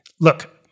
look